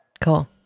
Cool